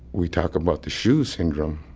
we talk about the shu syndrome.